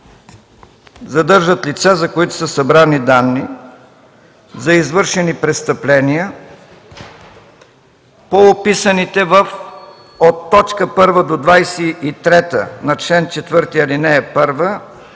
„задържат лица, за които са събрани данни за извършени престъпления по описаните от т. 1 до т. 23 на чл. 4, ал. 1